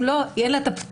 אם לא אין לה את הפטור,